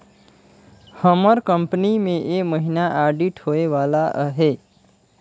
हमर कंपनी में ए महिना आडिट होए वाला अहे